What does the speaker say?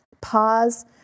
Pause